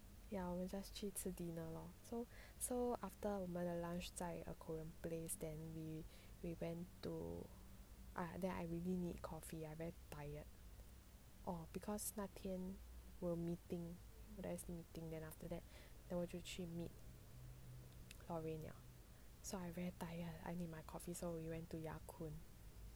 ya 我们 just 去吃 dinner lor so so after 我们的 lunch 在 a korean place then we we went to ah then I really need coffee I very tired orh because 那天我有 meeting there is meeting then after that then 我就去 meet loraine 了 so I very tired I need my coffee so we went to yakun